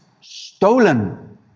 stolen